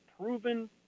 proven